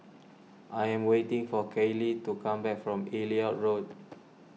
I am waiting for Kailey to come back from Elliot Road